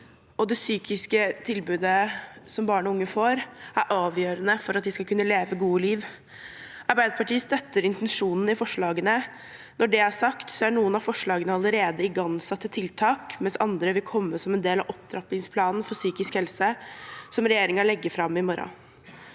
Det psykiske helsetilbudet barn og unge får, er avgjørende for at de skal kunne leve et godt liv. Arbeiderpartiet støtter intensjonen i forslagene, men når det er sagt, er noen av forslagene allerede igangsatte tiltak, mens andre vil komme som en del av opptrappingsplanen for psykisk helse, som regjeringen legger fram i morgen.